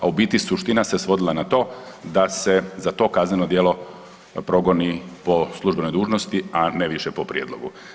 A u biti suština se svodila na to da se za to kazneno djelo progoni po službenoj dužnosti, a ne više po prijedlogu.